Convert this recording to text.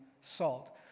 salt